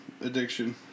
addiction